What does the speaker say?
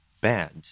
bad